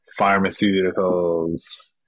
pharmaceuticals